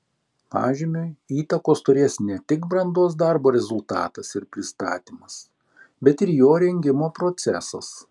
pažymiui įtakos turės ne tik brandos darbo rezultatas ir pristatymas bet ir jo rengimo procesas